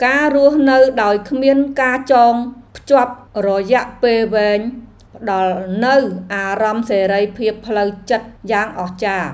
ការរស់នៅដោយគ្មានការចងភ្ជាប់រយៈពេលវែង ផ្តល់នូវអារម្មណ៍សេរីភាពផ្លូវចិត្តយ៉ាងអស្ចារ្យ។